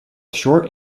short